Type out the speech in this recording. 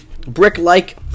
brick-like